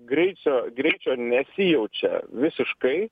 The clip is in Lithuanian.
greičio greičio nesijaučia visiškai